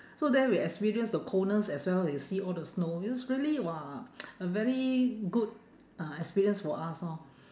so there we experience the coldness as well when you see all the snow it's really !wah! a very good uh experience for us lor